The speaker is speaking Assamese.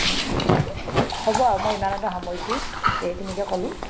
হ'ব আৰু মই ইমানতে সামৰিছোঁ এইখিনিকে ক'লোঁ